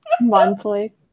Monthly